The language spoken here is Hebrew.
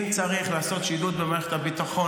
אם צריך לעשות שידוד במערכת הביטחון,